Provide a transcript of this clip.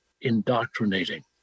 indoctrinating